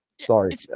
Sorry